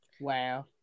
wow